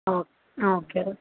ആ okay okay